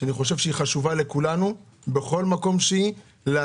שחשובה לכולנו בכל מקום שהיא נמצאת בו,